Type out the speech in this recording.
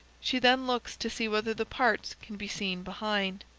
she then looks to see whether the parts can be seen behind.